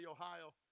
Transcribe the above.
Ohio